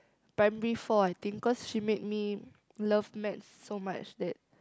primary four I think cause she made me love maths so much that